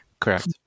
Correct